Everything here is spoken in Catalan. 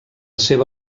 seva